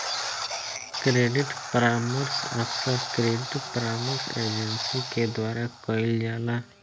credit परामर्श अक्सर credit परामर्श एजेंसी के द्वारा कईल जाला